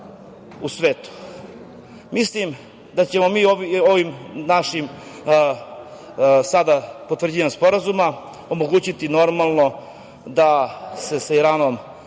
u svetu. Mislim da ćemo mi ovim našim potvrđivanjem sporazuma omogućiti normalno da se sa Iranom